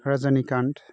Rajinikanth